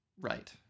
Right